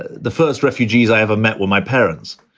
the first refugees i ever met were my parents.